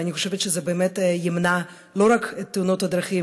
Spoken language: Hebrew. ואני חושבת שזה באמת ימנע לא רק את תאונות הדרכים,